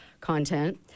content